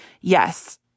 yes